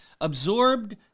Absorbed